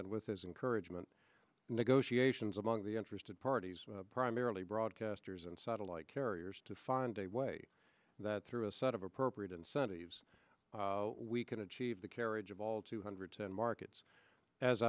and with his encouragement negotiations among the interested parties primarily broadcasters and satellite carriers to find a way that through a set of appropriate incentives we can achieve the carriage of all two hundred ten markets as